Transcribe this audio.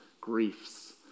griefs